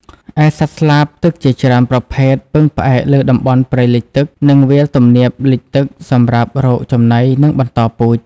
ឯសត្វស្លាបទឹកជាច្រើនប្រភេទពឹងផ្អែកលើតំបន់ព្រៃលិចទឹក និងវាលទំនាបលិចទឹកសម្រាប់រកចំណី និងបន្តពូជ។